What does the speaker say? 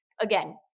again